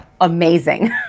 amazing